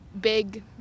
big